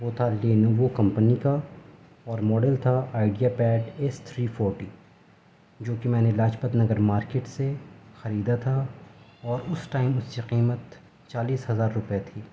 وہ تھا Lenovo company کا اور ماڈل تھا IdeaPad S three forty جوکہ میں نے لاجپت نگر مارکیٹ سے خریدا تھا اور اس ٹائم اس کی قیمت چالیس ہزار روپئے تھی